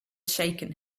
shaken